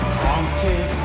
prompted